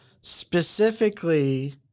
specifically